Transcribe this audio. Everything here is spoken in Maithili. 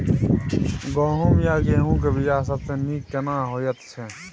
गहूम या गेहूं के बिया सबसे नीक केना होयत छै?